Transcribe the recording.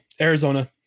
Arizona